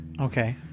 Okay